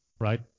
right